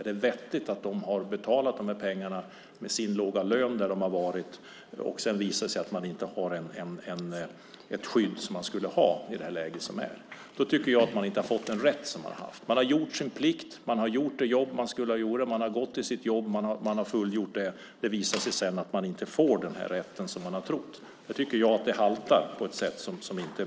Är det vettigt att de har betalat in dessa pengar från deras låga löner för att det sedan ska visa sig att de inte har det skydd de ska ha? Då har de inte fått rätt. De har gjort sin plikt, gjort det jobb de ska göra, gått till jobbet. Sedan har det visat sig att de inte får rätt. Då haltar det hela.